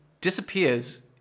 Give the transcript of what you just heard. disappears